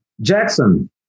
Jackson